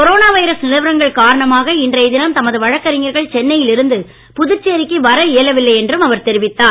corona virus நிலவரங்கள் காரணமாக இன்றைய தினம் தமது வழக்கறிஞர்கள் சென்னையில் இருந்து புதுச்சேரிக்கு வரஇயலவில்லை என்றும் அவர் தெரிவித்தார்